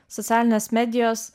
socialinės medijos